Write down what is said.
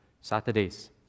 Saturdays